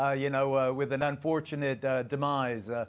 ah you know, with an unfortunate demise?